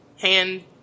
hand